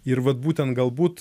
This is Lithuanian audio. ir vat būtent galbūt